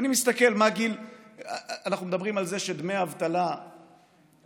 אנחנו הרי מדברים על זה שדמי אבטלה שמשולמים